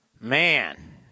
Man